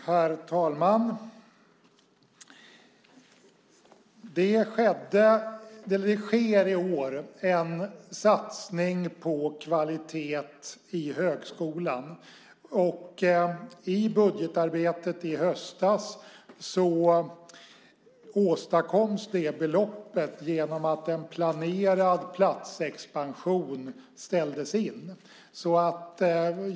Herr talman! Det sker i år en satsning på kvalitet i högskolan. I budgetarbetet i höstas åstadkoms det beloppet genom att en planerad platsexpansion ställdes in.